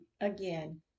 again